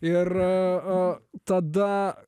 ir tada